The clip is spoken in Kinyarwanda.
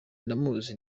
ndamuzi